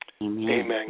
Amen